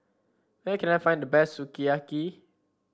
where can I find the best Sukiyaki